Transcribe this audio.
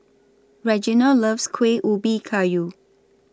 Reginald loves Kuih Ubi Kayu